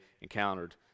encountered